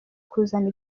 kuzana